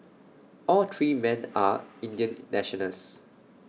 all three men are Indian nationals